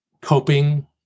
coping